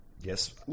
Yes